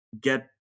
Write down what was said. get